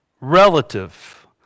relative